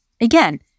Again